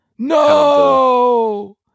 No